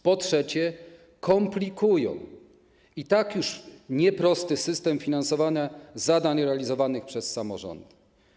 Po trzecie, komplikują i tak już nieprosty system finansowania zadań realizowanych przez samorządy.